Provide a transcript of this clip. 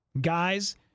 Guys